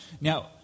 Now